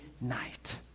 night